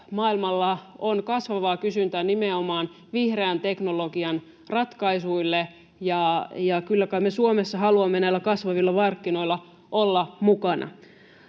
maailmalla on kasvavaa kysyntää nimenomaan vihreän teknologian ratkaisuille. Kyllä kai me Suomessa haluamme näillä kasvavilla markkinoilla olla mukana.